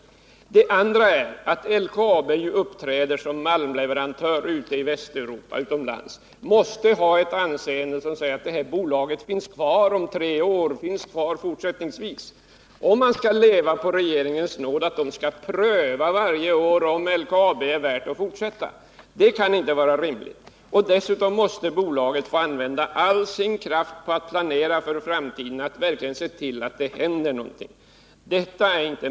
Det andra är att LKAB ju uppträder som malmleverantör ute i Västeuropa och måste ha ett sådant anseende att det är klart att detta bolag kommer att finnas kvar fortsättningsvis. Att man skall leva på regeringens nåd — att regeringen skall pröva varje år om LKAB är värt att fortsätta — kan inte vara rimligt. Dessutom måste bolaget få använda all sin kraft på att planera för framtiden, att verkligen se till att det händer någonting.